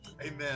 Amen